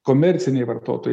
komerciniai vartotojai